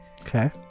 Okay